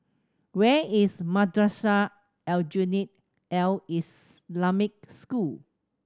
where is Madrasah Aljunied Al Islamic School